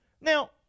Now